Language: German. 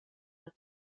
hat